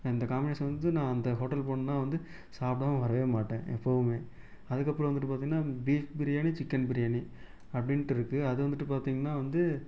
இந்த காமினேஷன் வந்து நான் அந்த ஹோட்டல் போனேன்னா வந்து சாப்பிடாம வரவே மாட்டேன் எப்போவுமே அதுக்கப்புறம் வந்துட்டு பார்த்தீங்கன்னா பீஃப் பிரியாணி சிக்கன் பிரியாணி அப்படின்ட்டு இருக்குது அது வந்துட்டு பார்த்தீங்கன்னா வந்து